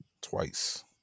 Twice